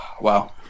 Wow